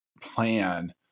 plan